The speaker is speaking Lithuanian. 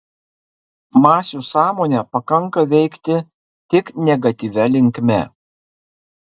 masių sąmonę pakanka veikti tik negatyvia linkme